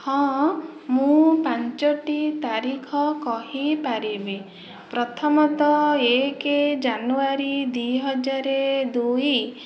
ହଁ ମୁଁ ପାଞ୍ଚଟି ତାରିଖ କହିପାରିବି ପ୍ରଥମତଃ ଏକ ଜାନୁଆରୀ ଦୁଇହଜାର ଦୁଇ